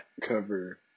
cover